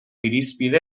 irizpide